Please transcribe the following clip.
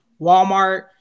Walmart